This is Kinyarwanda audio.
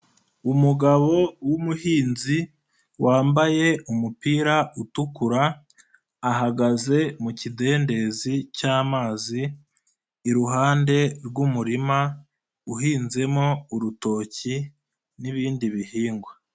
Umugabo w'umuhinzi wambaye umupira utukura, ahagaze mu kidendezi cy'amazi, iruhande rw'umurima uhinzemo urutoki n'ibindi bihingwa.